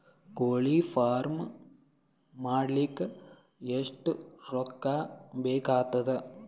ಕೋಳಿ ಫಾರ್ಮ್ ಮಾಡಲಿಕ್ಕ ಎಷ್ಟು ರೊಕ್ಕಾ ಬೇಕಾಗತದ?